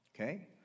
okay